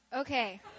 Okay